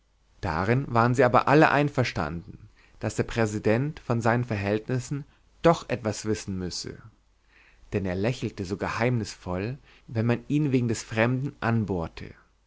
darin waren sie aber alle einverstanden daß der präsident von seinen verhältnissen doch etwas wissen müsse denn er lächelte so geheimnisvoll wenn man ihn wegen des fremden anbohrte